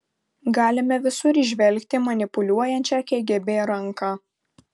galime visur įžvelgti manipuliuojančią kgb ranką